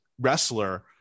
wrestler